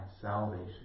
salvation